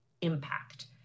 impact